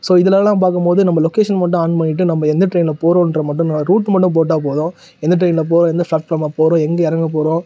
so இதெலலாம் பார்க்கும் போது நம்ம லொக்கேஷன் மட்டும் ஆன் பண்ணிகிட்டு நம்ம எந்த ட்ரெயினில் போகிறோன்ற மட்டுந்தான் ரூட் மட்டும் போட்டால் போதும் எந்த ட்ரெயினில் போகிறோம் எந்த ப்ளாட்ஃபார்மில் போகிறோம் எங்கே இறங்கப் போகிறோம்